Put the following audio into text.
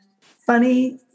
funny